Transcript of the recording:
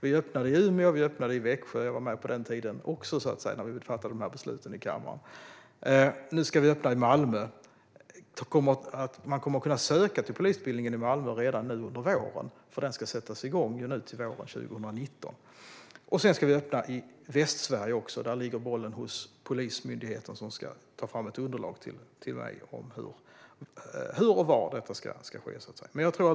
Vi öppnade i Umeå och Växjö, och jag var med på den tiden också, när vi fattade de besluten i kammaren. Nu öppnar vi i Malmö, och man kommer att kunna söka till polisutbildningen i Malmö redan i vår eftersom den sätts igång våren 2019. Vi ska också öppna i Västsverige. Polismyndigheten ska ta fram ett underlag till mig om hur och var detta ska ske.